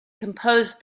composed